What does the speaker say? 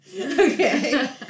Okay